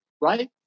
right